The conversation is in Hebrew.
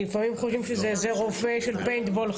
כי לפעמים חושבים שזה איזה רובה של פיינטבול,